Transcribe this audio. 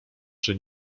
czy